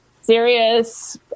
serious